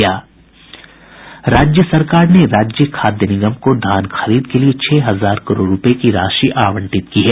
राज्य सरकार ने राज्य खाद्य निगम को धान खरीद के लिए छह हजार करोड़ रूपये की राशि आवंटित की है